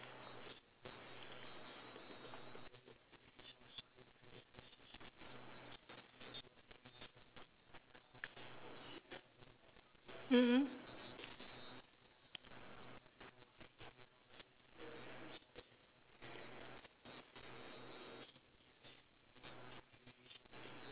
mm mm